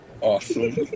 Awesome